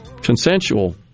consensual